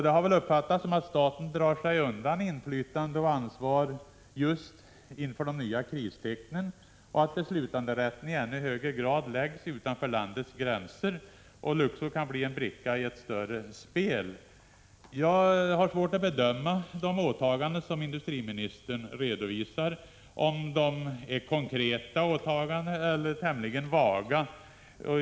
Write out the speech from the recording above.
Det har uppfattats så att staten drar sig undan inflytande och ansvar just inför de nya kristecknen, att beslutanderätten i ännu högre grad läggs utanför landets gränser och att Luxor kan bli en bricka i ett större spel. Jag har svårt att bedöma de åtaganden som industriministern redovisar — om de är konkreta eller tämligen vaga.